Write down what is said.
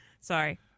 Sorry